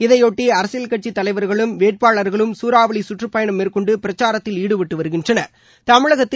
இதையொட்டி அரசியல் கட்சித் தலைவர்களும் வேட்பாளர்களும் சூறாவளி சுற்றுப்பயணம் மேற்கொண்டு பிரச்சாரத்தில் ஈடுபட்டு வருகின்றனா்